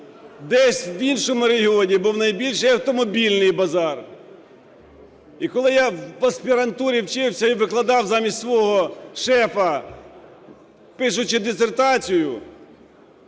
Десь в іншому регіоні був найбільший автомобільний базар. І коли я в аспірантурі вчився і викладав замість свого шефа, пишучи дисертацію,